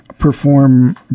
perform